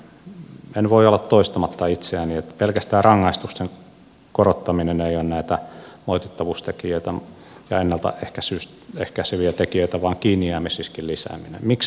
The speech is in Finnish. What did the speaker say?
en voi olla toistamatta itseäni että pelkästään rangaistusten korottaminen ei ole näitä moitittavuustekijöitä ja ennaltaehkäiseviä tekijöitä vaan kiinnijäämisriskin lisääminen